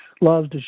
loves